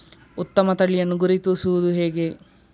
ಉತ್ತಮ ತಳಿಯನ್ನು ಗುರುತಿಸುವುದು ಹೇಗೆ?